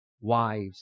wives